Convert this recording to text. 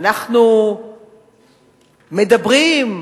אנחנו מדברים,